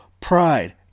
pride